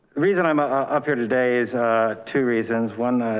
reason i'm ah ah up here today is two reasons. one,